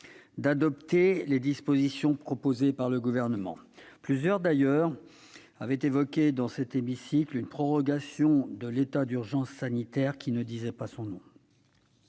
d'adopter les dispositions proposées par le Gouvernement. Certains avaient d'ailleurs évoqué dans cet hémicycle une prorogation de l'état d'urgence sanitaire qui ne disait pas son nom